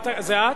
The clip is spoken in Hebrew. זאת את?